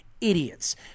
Idiots